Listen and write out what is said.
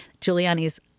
Giuliani's